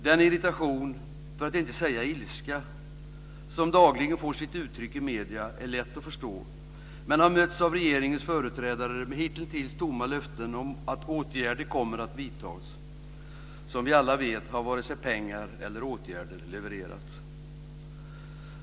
Den irritation, för att inte säga ilska, som dagligen får sitt uttryck i medierna är lätt att förstå, men regeringens företrädare har hitintills mött den med tomma löften om att åtgärder kommer att vidtas. Som vi alla vet har varken pengar eller åtgärder levererats.